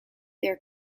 their